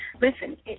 Listen